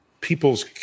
people's